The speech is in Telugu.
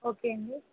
ఓకే అండీ